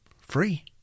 Free